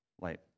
light